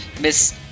Miss